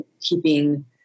keeping